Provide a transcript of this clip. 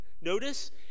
notice